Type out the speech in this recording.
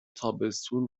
تابستون